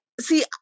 see